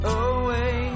away